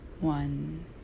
One